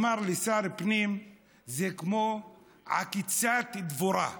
אמר לי: שר פנים זה כמו עקיצת דבורה.